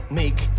make